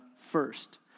First